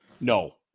No